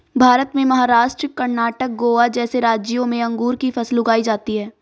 भारत में महाराष्ट्र, कर्णाटक, गोवा जैसे राज्यों में अंगूर की फसल उगाई जाती हैं